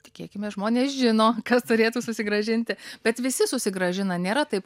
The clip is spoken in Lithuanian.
tikėkimės žmonės žino kas turėtų susigrąžinti bet visi susigrąžina nėra taip